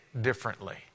differently